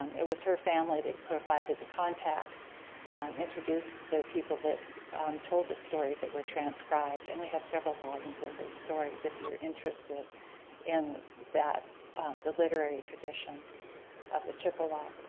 um it was her family that provided the contacts and introduced the people that told the stories that were transcribed and we have several volumes of those stories if you are interested in the literary tradition of the chippewa.